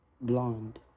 Blonde